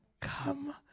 Come